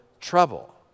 trouble